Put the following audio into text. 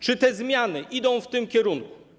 Czy te zmiany idą w tym kierunku?